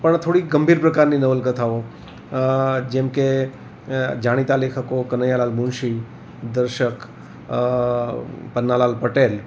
પણ થોડીક ગંભીર પ્રકારની નવલકથાઓ જેમ કે જાણીતા લેખકો કનૈયાલાલ મુનશી દર્શક પન્નાલાલ પટેલ